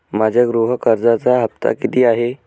माझ्या गृह कर्जाचा हफ्ता किती आहे?